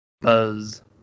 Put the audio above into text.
buzz